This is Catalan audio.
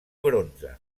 bronze